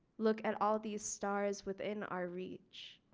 look at all these stars within our reach.